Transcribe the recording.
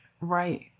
Right